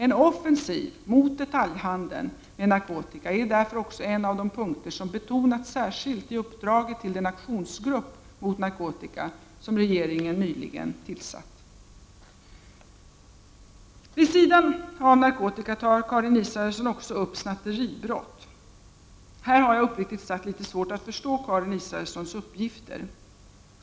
En offensiv mot detaljhandeln med narkotika är därför också en av de punkter som betonas särskilt i uppdraget till den aktionsgrupp mot narkotika som regeringen nyligen tillsatt. Vid sidan av narkotika tar Karin Israelsson också upp snatteribrott. Här har jag uppriktigt sagt litet svårt att förstå Karin Israelssons uppgifter.